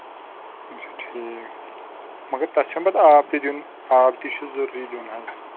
یِم چھِ ٹھیٖک مَگر تَتھ چھُنہٕ پَتہٕ آب تہِ دیُن آب تہِ چھُ ضروٗری دیُن حظ